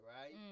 right